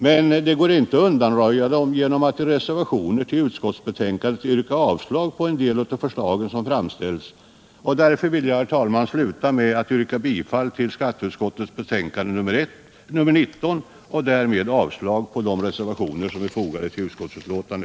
Det går emellertid inte att undanröja dem genom att i reservationer till utskottsbetänkandet yrka avslag på en del av de förslag som framställts. Därför ber jag, herr talman, att få yrka bifall till hemställan i skatteutskottets betänkande nr 19 och således avslag på de reservationer som är fogade till detta betänkande.